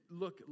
look